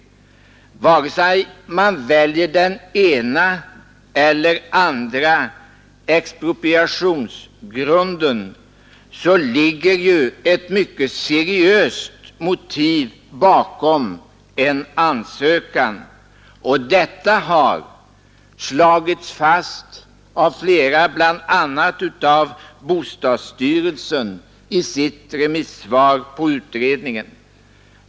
Vare sig man väljer den ena eller den andra expropriationsgrunden, ligger ju ett mycket seriöst motiv bakom en ansökan, och detta har slagits fast bl.a. av bostadsstyrelsen i dess remissvar på utredningen.